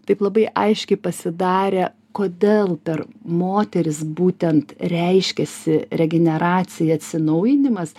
taip labai aiškiai pasidarė kodėl per moteris būtent reiškiasi regeneracija atsinaujinimas